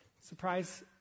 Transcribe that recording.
Surprise